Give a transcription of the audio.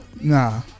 Nah